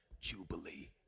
Jubilee